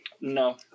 no